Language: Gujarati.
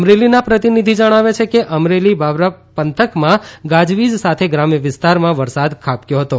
અમરેલીના પ્રતિનિધિ જણાવે છે કે અમરેલી બાબરા પંથકમાં ગાજવીજ સાથે ગ્રામ્ય વિસ્તારમાં વરસાદ ખાબક્યો હતો